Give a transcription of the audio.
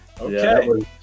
Okay